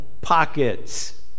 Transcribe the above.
pockets